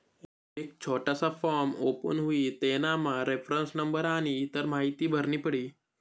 एक छोटासा form open हुई तेनामा रेफरन्स नंबर आनी इतर माहीती भरनी पडी